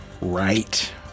right